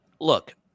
look –